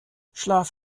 schlaf